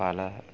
பல